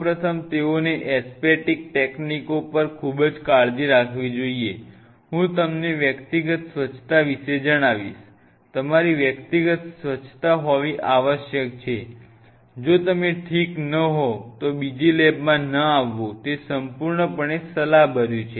સૌ પ્રથમ તેઓએ એસેપ્ટીક ટેકનિકો પર ખૂબ કાળજી રાખવી જોઈએ હું તમને વ્યક્તિગત સ્વચ્છતા વિશે જણાવીશ તમારી વ્યક્તિગત સ્વચ્છતા હોવી આવશ્યક છે જો તમે ઠીક ન હોવ તો બીજી લેબમાં ન આવવું તે સંપૂર્ણપણે સલાહભર્યું છે